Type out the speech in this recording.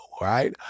right